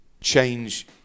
change